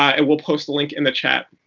and we'll post the link in the chat.